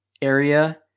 area